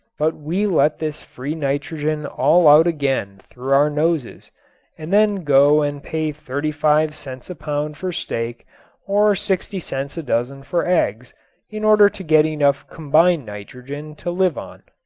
but we let this free nitrogen all out again through our noses and then go and pay thirty five cents a pound for steak or sixty cents a dozen for eggs in order to get enough combined nitrogen to live on.